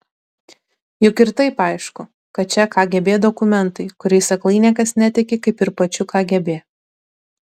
juk ir taip aišku kad čia kgb dokumentai kuriais aklai niekas netiki kaip ir pačiu kgb